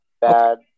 bad